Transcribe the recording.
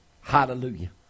Hallelujah